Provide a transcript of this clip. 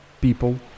people